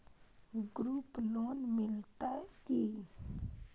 Group loan मिलतै की?